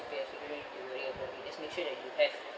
C_P_F you no need to worry about it just make sure that you have